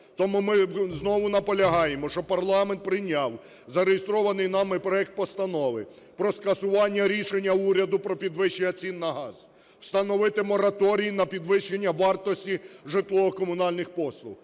Тому ми знову наполягаємо, щоб парламент прийняв зареєстрований нами проект Постанови про скасування рішення уряду про підвищення цін на газ, встановити мораторій на підвищення вартості житлово-комунальних послуг.